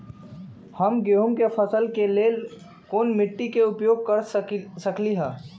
हम गेंहू के फसल के लेल कोन मिट्टी के उपयोग कर सकली ह?